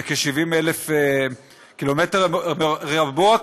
זה כ-70,000 קילומטר רבוע,